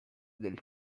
del